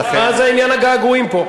מה זה עניין הגעגועים פה?